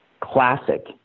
Classic